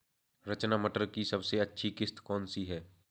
रचना मटर की सबसे अच्छी किश्त कौन सी है?